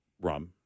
rum